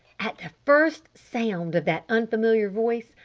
at the first sound of that unfamiliar voice,